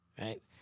right